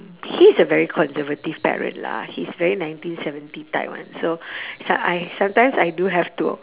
he's a very conservative parent lah he's very nineteen seventy type [one] so so~ I sometimes I do have to